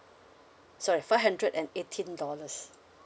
sorry five hundred and eighteen dollars